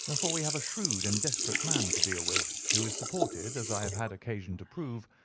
and for we have a shrewd and desperate man to deal with, who is supported, as i have had occasion to prove,